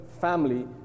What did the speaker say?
family